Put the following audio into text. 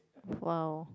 !wow!